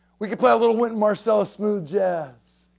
we can play a little wynton marsalis's smooth jazz.